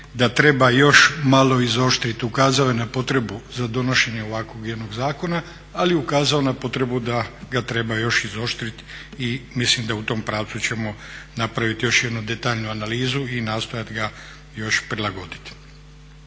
da treba još malo izoštriti. Ukazao je na potrebu za donošenjem ovakvog jednog zakona, ali je i ukazao na potrebu da ga treba još izoštriti i mislim da u tom pravcu ćemo napraviti još jednu detaljnu analizu i nastojat ga još prilagoditi.